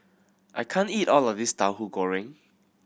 I can't eat all of this Tahu Goreng